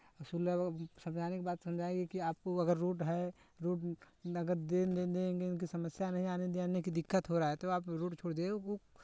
सुलह वो समझाने के बाद समझाएगी कि आपको अगर रोड है रोड नगद देंदे देंगे उनकी समस्या नहीं आने दियाने की दिक्कत हो रहा है तो आप रोड छोड़ दो वो